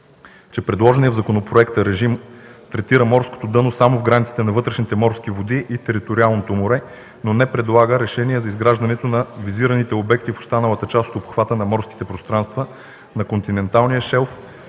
че предложеният в законопроекта режим третира морското дъно само в границите на вътрешните морски води и териториалното море, но не предлага решение за изграждането на визираните обекти в останалата част от обхвата на морските пространства, на континенталния шелф